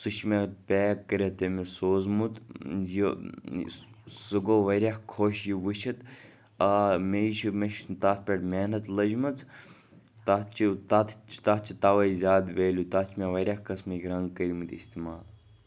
سُہ چھِ مےٚ پیک کٔرِتھ تٔمِس سوٗزمُت یہِ سُہ گوٚو واریاہ خۄش یہِ وُچھِتھ آ مے چھِ مےٚ چھِ تَتھ پٮ۪ٹھ محنت لٔجمٕژ تَتھ چھِ تَتھ تَتھ چھِ تَوَے زیادٕ ویلیوٗ تَتھ چھِ مےٚ واریاہ قٕسمٕکۍ رنٛگ کٔرمٕتۍ استعمال